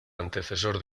antecesor